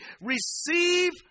receive